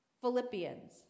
Philippians